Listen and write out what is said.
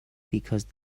because